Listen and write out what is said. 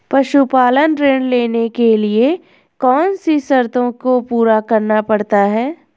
पशुपालन ऋण लेने के लिए कौन सी शर्तों को पूरा करना पड़ता है?